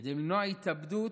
כדי למנוע התאבדות,